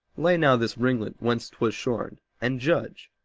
lay now this ringlet whence twas shorn, and judge,